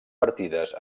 partides